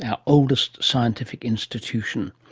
our oldest scientific institution.